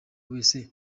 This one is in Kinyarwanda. wese